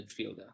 midfielder